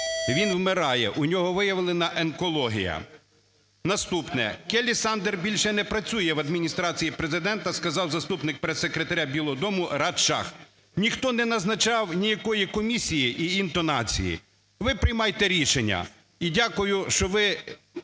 він умирає, в нього виявлена онкологія. Наступне.Келлі Садлер більше не працює в Адміністрації Президента, сказав заступник прес-секретаря Білого дому Радж Шах. Ніхто не назначав ніякої комісії і інтонації, ви приймайте рішення. І дякую, що ви